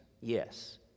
Yes